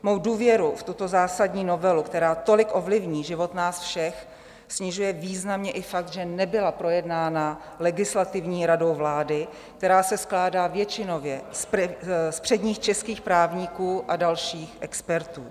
Mou důvěru v tuto zásadní novelu, která tolik ovlivní život nás všech, snižuje významně i fakt, že nebyla projednána Legislativní radou vlády, která se skládá většinově z předních českých právníků a dalších expertů.